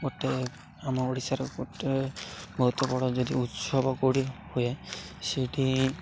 ଗୋଟେ ଆମ ଓଡ଼ିଶାର ଗୋଟେ ବହୁତ ବଡ଼ ଯଦି ଉତ୍ସବ କେଉଁଠି ହୁଏ ସେଠି